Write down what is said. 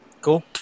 Cool